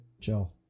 chill